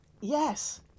Yes